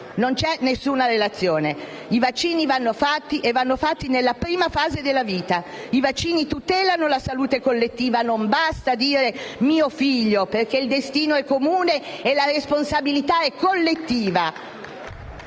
Non c'è alcuna relazione. I vaccini vanno fatti e vanno fatti nella prima fase della vita. I vaccini tutelano la salute collettiva: non basta dire «mio figlio», perché il destino è comune e la responsabilità è collettiva